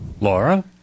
Laura